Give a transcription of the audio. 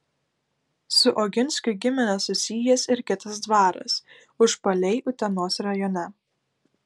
su oginskių gimine susijęs ir kitas dvaras užpaliai utenos rajone